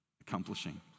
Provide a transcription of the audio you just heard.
accomplishing